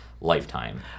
Lifetime